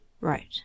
Right